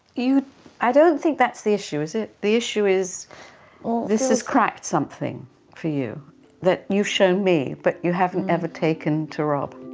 i don't think that's the issue, is it? the issue is this has cracked something for you that you've shown me but you haven't ever taken to rob.